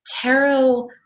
tarot